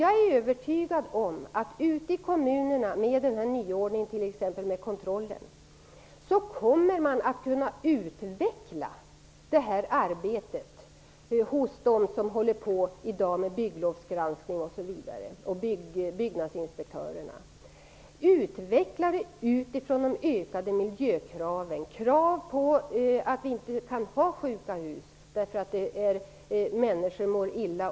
Jag är övertygad om att man ute i kommunerna med denna nyordning vad gäller t.ex. kontrollen kommer att kunna utveckla arbetet för dem som håller på med bygglovsgranskning osv. och för byggnadsinspektörerna. Arbetet kan utvecklas utifrån de ökade miljökraven, t.ex. kravet på att vi inte skall tillåta sjuka hus eftersom människor mår illa.